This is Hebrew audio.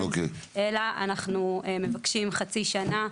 אלא אנחנו מבקשים חצי שנה.